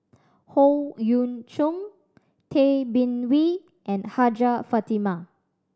Howe Yoon Chong Tay Bin Wee and Hajjah Fatimah